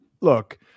look